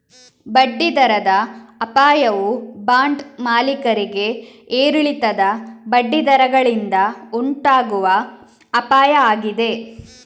ಬಡ್ಡಿ ದರದ ಅಪಾಯವು ಬಾಂಡ್ ಮಾಲೀಕರಿಗೆ ಏರಿಳಿತದ ಬಡ್ಡಿ ದರಗಳಿಂದ ಉಂಟಾಗುವ ಅಪಾಯ ಆಗಿದೆ